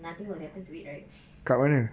nothing will happen to it right